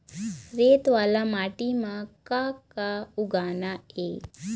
रेत वाला माटी म का का उगाना ये?